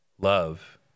Love